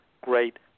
great